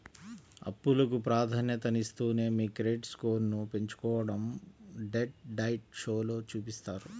అప్పులకు ప్రాధాన్యతనిస్తూనే మీ క్రెడిట్ స్కోర్ను పెంచుకోడం డెట్ డైట్ షోలో చూపిత్తారు